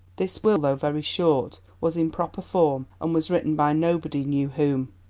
this will, though very short, was in proper form and was written by nobody knew whom.